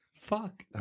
Fuck